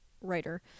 writer